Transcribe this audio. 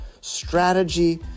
strategy